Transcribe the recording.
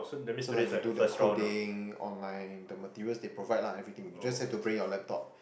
so like you do the coding online the materials they provide lah everything you just have to bring your laptop